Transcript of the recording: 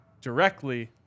directly